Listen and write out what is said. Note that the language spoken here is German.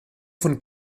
von